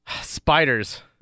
Spiders